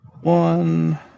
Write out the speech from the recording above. One